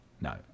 no